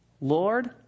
Lord